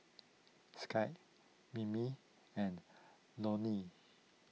Skye Mimi and Lonie